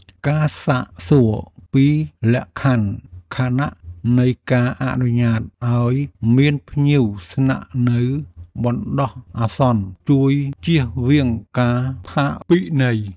ការសាកសួរពីលក្ខខណ្ឌនៃការអនុញ្ញាតឱ្យមានភ្ញៀវស្នាក់នៅបណ្តោះអាសន្នជួយជៀសវាងការផាកពិន័យ។